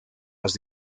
las